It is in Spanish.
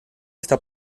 está